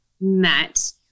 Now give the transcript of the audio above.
met